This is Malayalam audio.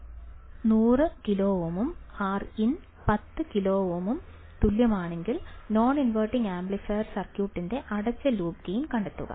Rf 100 kiloohm നും Rin 10 kiloohmനും തുല്യമാണെങ്കിൽ നോൺ ഇൻവെർട്ടിംഗ് ആംപ്ലിഫയർ സർക്യൂട്ട്ന്റെ അടച്ച ലൂപ്പ് ഗെയിൻ കണ്ടെത്തുക